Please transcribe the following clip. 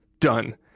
done